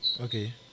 okay